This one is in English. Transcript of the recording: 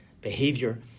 behavior